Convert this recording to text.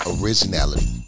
originality